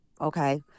okay